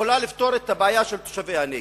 יכולה לפתור את הבעיה של תושבי הנגב.